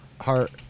heart